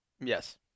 Yes